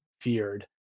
feared